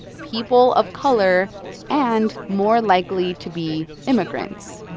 people of color and more likely to be immigrants.